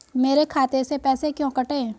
मेरे खाते से पैसे क्यों कटे?